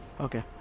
Okay